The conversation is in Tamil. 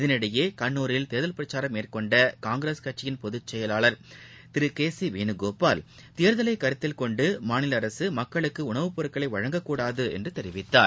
இதனினடயேகன்னூரில் தேர்தல் பிரச்சாரம் மேற்கொண்டகாங்கிரஸ் கட்சியின் பொதுச்செயலாளர் திருகேசிவேனுகோபால் தேர்தலைகருத்தில் கொண்டுமாநிலஅரசுமக்களுக்குடணவு பொருள்களைவழங்கக்கூடாதுஎன்றுதெரிவித்தார்